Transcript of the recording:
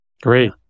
great